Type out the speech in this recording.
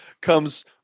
comes